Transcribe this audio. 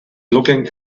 looking